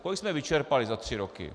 Kolik jsme vyčerpali za tři roky.